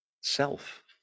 self